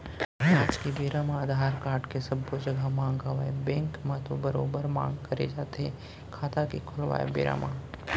आज के बेरा म अधार कारड के सब्बो जघा मांग हवय बेंक म तो बरोबर मांग करे जाथे खाता के खोलवाय बेरा म